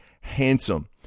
handsome